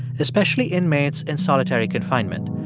especially inmates in solitary confinement.